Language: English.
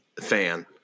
fan